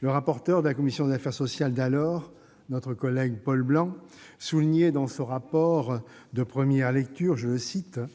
Le rapporteur de la commission des affaires sociales d'alors, notre collègue Paul Blanc, soulignait ainsi dans son rapport de première lecture :« Les